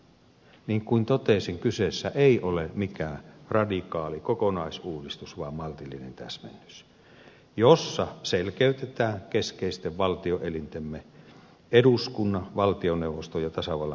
niin kuin totesin kyseessä ei ole mikään radikaali kokonaisuudistus vaan maltillinen täsmennys jossa selkeytetään keskeisten valtioelintemme eduskunnan valtioneuvoston ja tasavallan presidentin toimivaltasuhteita